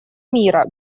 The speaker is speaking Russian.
мира